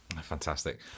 Fantastic